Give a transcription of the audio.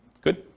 Good